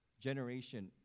generation